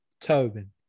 tobin